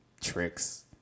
tricks